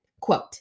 quote